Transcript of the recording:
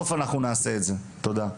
תודה.